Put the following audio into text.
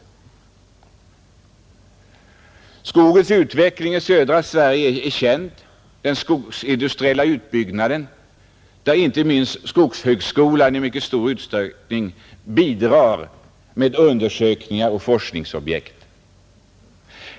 Den skogsindustriella utbyggnaden i södra Sverige är väl känd. Till denna utveckling bidrar inte minst skogshögskolan i mycket stor utsträckning genom undersökningar och forskning.